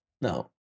No